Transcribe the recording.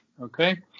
Okay